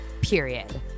period